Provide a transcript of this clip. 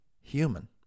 human